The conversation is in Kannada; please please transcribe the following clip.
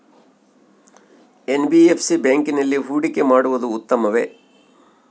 ಎನ್.ಬಿ.ಎಫ್.ಸಿ ಬ್ಯಾಂಕಿನಲ್ಲಿ ಹೂಡಿಕೆ ಮಾಡುವುದು ಉತ್ತಮವೆ?